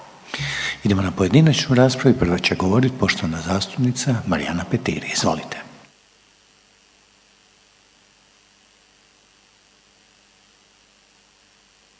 Idemo na pojedinačnu raspravu i prva će govoriti poštovana zastupnica Marijana Petir. Izvolite.